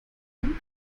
reimt